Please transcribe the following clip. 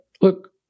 Look